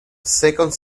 second